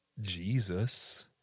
Jesus